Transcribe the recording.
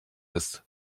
ist